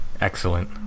excellent